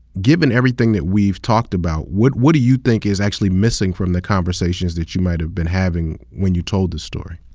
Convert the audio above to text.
given everything that we've talked about, what what do you think is actually missing from the conversations that you might have been having when you told the story?